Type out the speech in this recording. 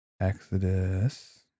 Exodus